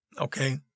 Okay